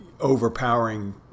overpowering